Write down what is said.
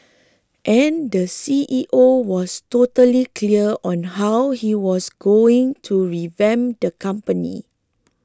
and the C E O was totally clear on how he was going to revamp the company